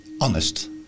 honest